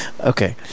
okay